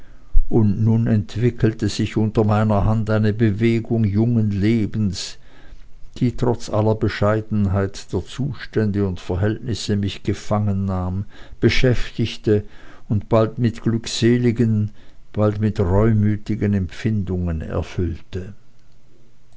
und nun entwickelte sich unter meiner hand eine bewegung jungen lebens die trotz aller bescheidenheit der zustände und verhältnisse mich gefangennahm beschäftigte und bald mit glückseligen bald mit reumütigen empfindungen erfüllte